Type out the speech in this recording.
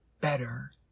better